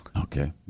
Okay